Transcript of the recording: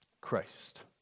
Christ